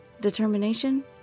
Determination